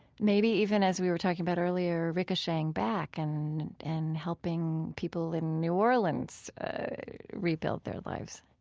maybe even as we were talking about earlier, ricocheting back and and helping people in new orleans rebuild their lives?